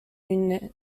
unit